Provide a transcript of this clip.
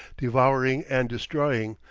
devouring and destroying,